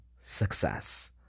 success